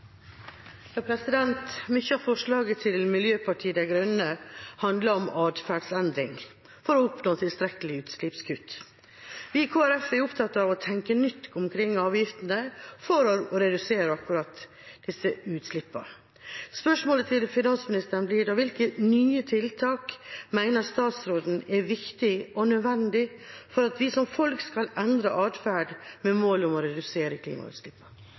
av forslaget til Miljøpartiet De Grønne handler om atferdsendring for å oppnå tilstrekkelige utslippskutt. Vi i Kristelig Folkeparti er opptatt av å tenke nytt omkring avgiftene for å redusere akkurat disse utslippene. Spørsmålet til finansministeren blir da: Hvilke nye tiltak mener statsråden er viktige og nødvendige for at vi som folk skal endre atferd med mål om å redusere